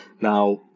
Now